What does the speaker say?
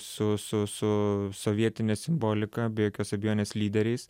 su su su sovietine simbolika be jokios abejonės lyderiais